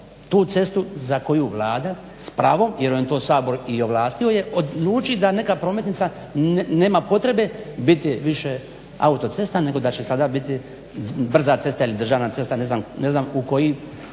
tu cestu za koju Vlada s pravom jer ju je to Sabor i ovlastio odlučit da neka prometnica nema potrebe biti više autocesta nego da će sada biti brza cesta ili državna cesta, ne znam u koju